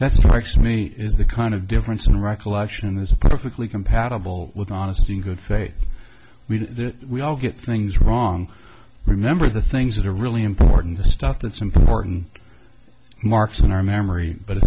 actually me is the kind of difference in recollection and there's a perfectly compatible with honesty in good faith we we all get things wrong remember the things that are really important the stuff that's important marks in our memory but